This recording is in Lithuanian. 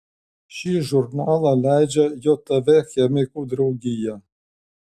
šį žurnalą leidžia jav chemikų draugija